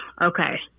Okay